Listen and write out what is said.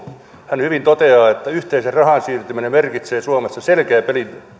hän hyvin toteaa että yhteiseen rahaan siirtyminen merkitsee suomessa selkeätä